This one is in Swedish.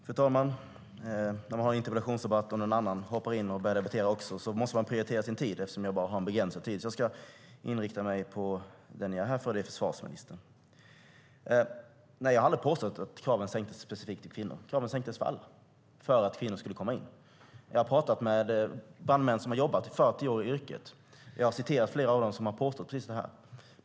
Fru talman! När man har en interpellationsdebatt och någon annan hoppar in och börjar debattera måste man prioritera sin tid, och eftersom jag bara har en begränsad tid ska jag inrikta mig på den jag är här för, och det är försvarsministern. Jag har aldrig påstått att kraven sänktes specifikt för kvinnor. Kraven sänktes för alla för att kvinnor skulle komma in. Jag har pratat med brandmän som har jobbat i 40 år i yrket. Jag har citerat flera av dem som har påstått precis det här.